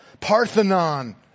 Parthenon